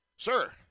Sir